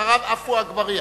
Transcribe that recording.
אחריו, חבר הכנסת עפו אגבאריה.